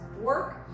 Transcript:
work